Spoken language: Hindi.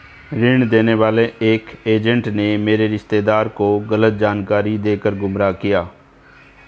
ऋण देने वाले एक एजेंट ने मेरे रिश्तेदार को गलत जानकारी देकर गुमराह किया